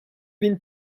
been